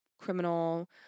criminal